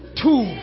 two